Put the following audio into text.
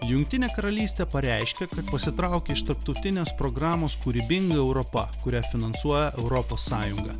jungtinė karalystė pareiškė kad pasitraukia iš tarptautinės programos kūrybinga europa kurią finansuoja europos sąjunga